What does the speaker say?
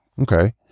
Okay